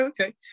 okay